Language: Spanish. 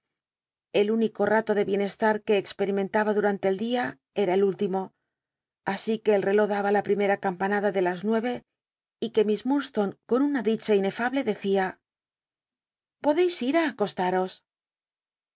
el único ralo de bienestar que experimentaba dmante el día era el último así que el reló daba la primera campanada de las nueve y que miss iiurdslone con una dicha inefable decía podeis ir li acostaros